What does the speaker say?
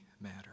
matter